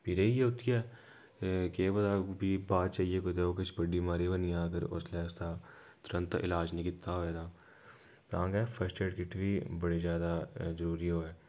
फ्ही रेही उत्थें गै केह् पता फ्ही बाद च जाइयै कोई किश बड्डी बमारी बना जाह्ग ते उसलै उसदा तरुंत ईलाज नेईं कीता दा होऐ तां तां गै फस्ट ऐड किट बी बड़ी ज्यादा जरूरी होऐ